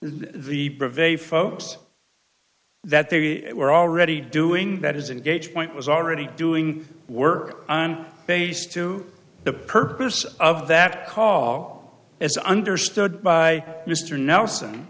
folks that they were already doing that as a gauge point was already doing work on bass to the purpose of that call as understood by mr nelson